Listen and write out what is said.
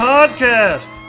Podcast